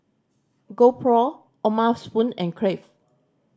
GoPro O'ma Spoon and Crave